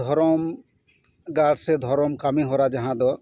ᱫᱷᱚᱨᱚᱢ ᱜᱟᱲ ᱥᱮ ᱫᱷᱚᱨᱚᱢ ᱠᱟᱹᱢᱤ ᱦᱚᱨᱟ ᱡᱟᱦᱟᱸ ᱫᱚ